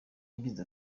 yagize